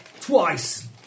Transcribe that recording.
twice